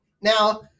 Now